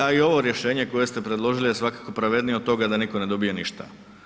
A i ovo rješenje koje ste predložili je svakako pravednije od toga da niko ne dobija ništa.